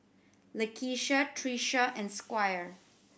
Lakeisha Trisha and Squire